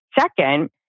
Second